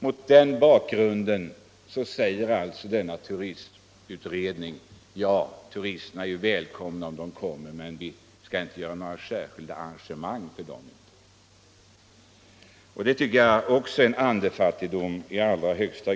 Mot denna bakgrund säger alltså turistutredningen att turisterna är välkomna om de kommer men att vi inte skall göra några särskilda arrangemang för dem. Det tycker jag är i allra högsta grad andefattigt.